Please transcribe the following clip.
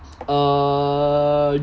uh